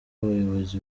abayobozi